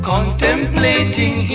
Contemplating